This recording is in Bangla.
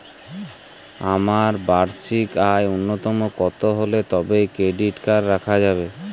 আমার বার্ষিক আয় ন্যুনতম কত হলে তবেই ক্রেডিট কার্ড রাখা যাবে?